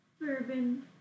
Bourbon